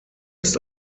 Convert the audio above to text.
ist